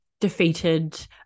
defeated